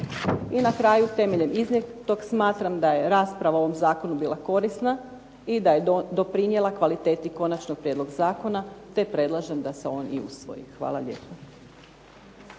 I na kraju temeljem iznijetog smatram da je rasprava o ovom zakonu bila korisna i da je doprinijela kvaliteti Konačnog prijedloga zakona te predlažem da se on i usvoji. Hvala.